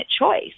choice